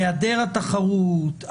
היעדר התחרות,